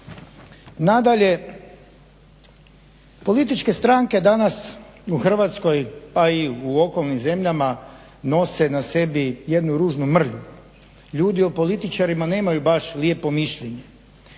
Nadalje, političke stranke danas u Hrvatskoj, pa i u okolnim zemljama nose na sebi jednu ružnu mrlju, ljudi o političarima nemaju baš lijepo mišljenje